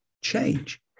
change